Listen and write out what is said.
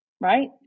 right